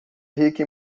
rica